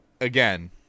again